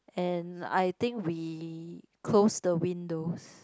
and I think we close the windows